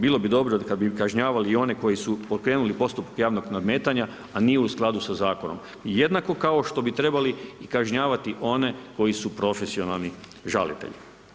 Bilo bi dobro kada bi kažnjavali i one koji su pokrenuli postupke javnog nadmetanja a nije u skladu sa zakonom jednako kao što bi trebali kažnjavati one koji su profesionalni žalitelji.